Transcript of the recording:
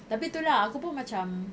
tapi tu lah aku pun macam